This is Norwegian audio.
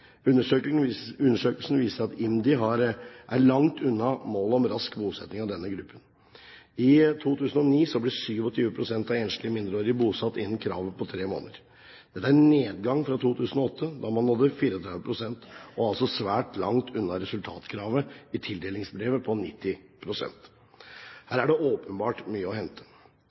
Undersøkelsen viser at IMDi er langt unna målet om rask bosetting av denne gruppen. I 2009 ble 27 pst. av de enslige mindreårige bosatt innen kravet på tre måneder. Dette er en nedgang fra 2008, da man nådde 34 pst., og svært langt unna resultatkravet i tildelingsbrevet på 90 pst. Her er det åpenbart mye å hente.